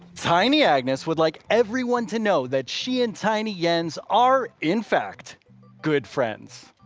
tiny agnes would like everyone to know that she and tiny jens are in fact good friends.